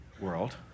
world